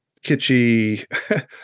kitschy